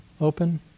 open